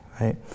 right